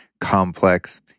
complex